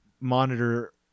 monitor